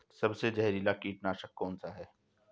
सबसे जहरीला कीटनाशक कौन सा है?